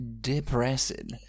depressing